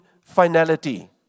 finality